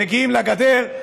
מגיעים לגדר,